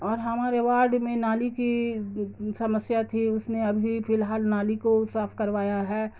اور ہمارے وارڈ میں نالی کی سمسیا تھی اس نے ابھی فی الحال نالی کو صاف کروایا ہے